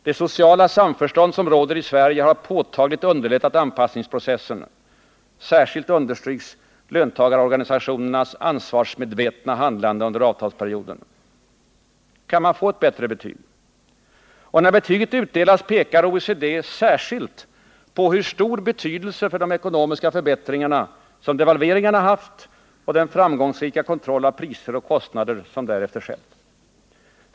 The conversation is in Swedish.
Det sociala samförstånd som råder i Sverige har påtagligt underlättat anpassningsprocessen. Särskilt understryks löntagarorganisationernas ansvarsmedvetna handlande under avtalsperioden. Kan man få ett bättre betyg? Och när betyget utdelas pekar OECD på hur stor betydelse för de ekonomiska förbättringarna som devalveringarna haft och den framgångsrika kontroll av priser och kostnader som därefter skett.